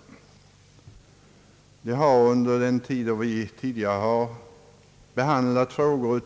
Vad beträffar den generella uppsägningstiden har det kunnat konstateras, när vi tidigare haft att behandla sådana här frågor,